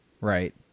Right